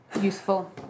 Useful